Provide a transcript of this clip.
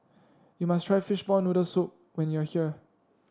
you must try Fishball Noodle Soup when you are here